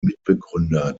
mitbegründer